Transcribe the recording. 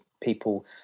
people